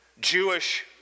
Jewish